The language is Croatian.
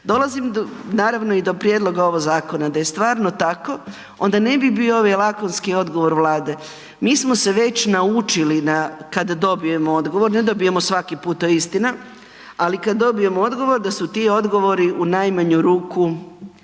Dolazim do, naravno i do prijedloga ovog zakona, da je stvarno tako onda ne bi bio ovaj lakonski odgovor Vlade. Mi smo se već naučili na kad dobijemo odgovor, ne dobijemo svaki puta to je istina, ali kad dobijemo odgovor da su ti odgovori u najmanju ruku loše